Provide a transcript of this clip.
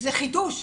זה חידוש.